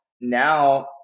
Now